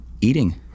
eating